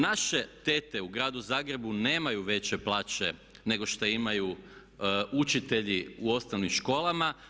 Naše tete u gradu Zagrebu nemaju veće plaće nego šta imaju učitelji u osnovnim školama.